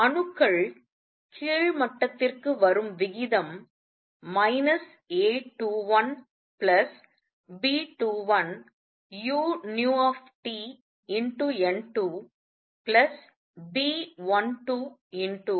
அணுக்கள் கீழ் மட்டத்திற்கு வரும் விகிதம் A21B21uTN2B12uTN1க்கு சமம்